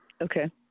okay